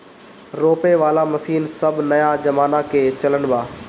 रोपे वाला मशीन सब नया जमाना के चलन बा